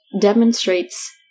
demonstrates